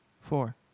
Four